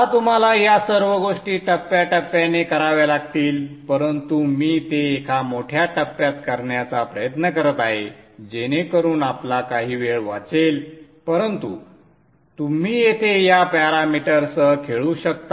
आता तुम्हाला या सर्व गोष्टी टप्प्याटप्प्याने कराव्या लागतील परंतु मी ते एका मोठ्या टप्प्यात करण्याचा प्रयत्न करत आहे जेणेकरून आपला काही वेळ वाचेल परंतु तुम्ही येथे या पॅरामीटर्ससह खेळू शकता